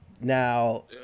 Now